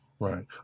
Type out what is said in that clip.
Right